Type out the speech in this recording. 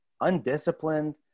Undisciplined